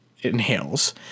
inhales